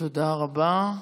תודה רבה.